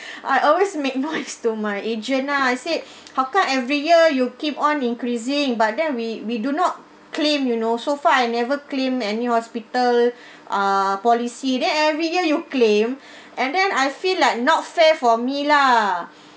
I always make noise to my agent nah I said how come every year you keep on increasing but then we we do not claim you know so far I never claim any hospital uh policy then every year you claim and then I feel like not fair for me lah